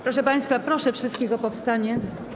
Proszę państwa, proszę wszystkich o powstanie.